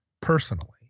personally